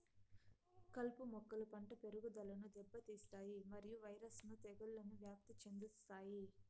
కలుపు మొక్కలు పంట పెరుగుదలను దెబ్బతీస్తాయి మరియు వైరస్ ను తెగుళ్లను వ్యాప్తి చెందిస్తాయి